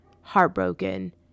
heartbroken